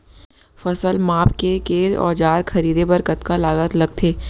फसल मापके के औज़ार खरीदे बर कतका लागत लगथे?